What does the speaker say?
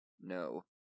No